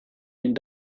den